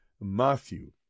Matthew